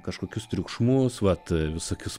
kažkokius triukšmus vat visokius